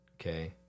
okay